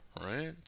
right